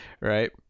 right